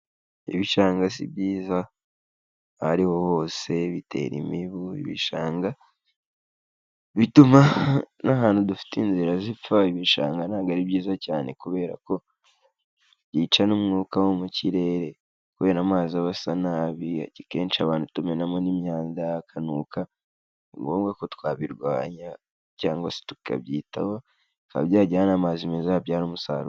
Ibishanga si byiza aho ariho hose bitera imibu bishanga bituma n'ahantu dufite inzira zipfa. Ibishanga ntabwo ari byiza cyane kubera ko byica n'umwuka wo mu kirere. Kubera amazi aba asa nabi kenshi abantu tumenamo n'imyanda hakanuka. Ni ngombwa ko twabirwanya cyangwa se tukabyitaho bikaba byajyana n'amazi meza yabyara umusaruro.